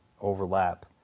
overlap